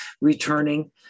returning